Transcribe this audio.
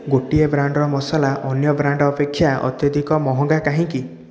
ଗୋଟିଏ ବ୍ରାଣ୍ଡର ମସଲା ଅନ୍ୟ ବ୍ରାଣ୍ଡ ଅପେକ୍ଷା ଅତ୍ୟଧିକ ମହଙ୍ଗା କାହିଁକି